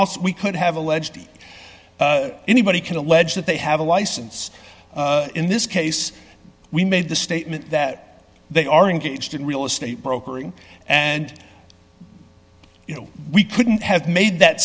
also we could have alleged anybody can allege that they have a license in this case we made the statement that they are engaged in real estate brokering and you know we couldn't have made that